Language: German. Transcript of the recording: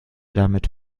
damit